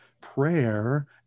prayer